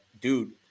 dude